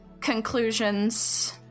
conclusions